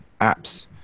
apps